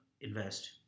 invest